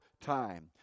time